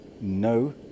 no